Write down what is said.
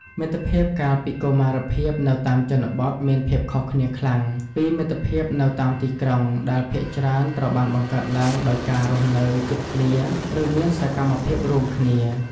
មិត្តភាពកាលពីកុមារភាពនៅតាមជនបទមានភាពខុសគ្នាខ្លាំងពីមិត្តភាពនៅតាមទីក្រុង ដែលភាគច្រើនត្រូវបានបង្កើតឡើងដោយការរស់នៅជិតគ្នាឬមានសកម្មភាពរួមគ្នា។